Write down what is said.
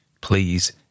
please